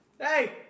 hey